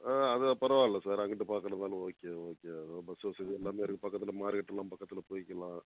ஆ அது பரவாயில சார் அங்கிட்டு பார்க்கறதுனாலும் ஓகே ஓகே தான் பஸ் வசதி எல்லாமே இருக்குது பக்கத்தில் மார்கெட்டுலாம் பக்கத்தில் போய்க்கிலாம்